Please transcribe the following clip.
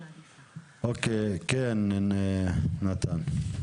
אוקיי, כן נתן?